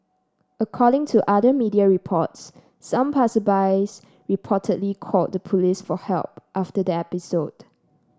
according to other media reports some passersby reportedly called the police for help after the episode